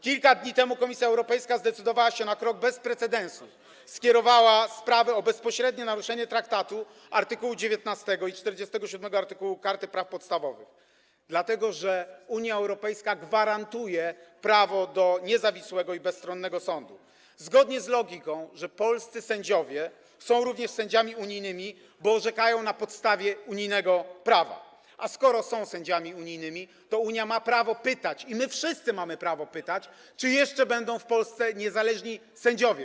Kilka dni temu Komisja Europejska zdecydowała się na krok bez precedensu, skierowała sprawy o bezpośrednie naruszenie traktatu - art. 19 i art. 47 Karty praw podstawowych, dlatego że Unia Europejska gwarantuje prawo do niezawisłego i bezstronnego sądu - zgodnie z logiką, że polscy sędziowie są również sędziami unijnymi, bo orzekają na podstawie unijnego prawa, a skoro są sędziami unijnymi, to Unia ma prawo pytać i my wszyscy mamy prawo pytać, czy przez to, co wy wyprawiacie, będą jeszcze w Polsce niezależni sędziowie.